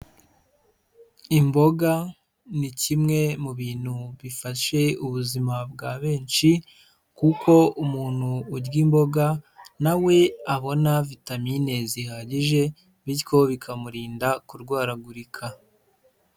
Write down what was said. Imboga ni kimwe mu bintu bifashe ubuzima bwa benshi kuko umuntu urya imboga na we abona vitamine zihagije bityo bikamurinda kurwaragurika.